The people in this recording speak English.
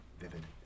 vivid